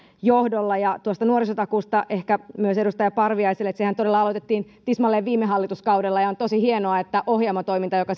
johdolla nuorisotakuusta ehkä myös edustaja parviaiselle että sehän todella aloitettiin tismalleen viime hallituskaudella ja on tosi hienoa että ohjelmatoiminta joka